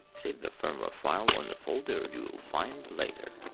save the firmware file on the folder you'll find later.